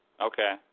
Okay